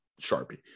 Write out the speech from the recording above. Sharpie